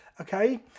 okay